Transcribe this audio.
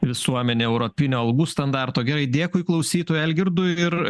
visuomenė europinio algų standarto gerai dėkui klausytojui algirdui ir